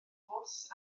bws